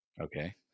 Okay